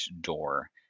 door